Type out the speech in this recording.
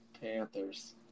Panthers